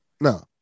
no